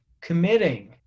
committing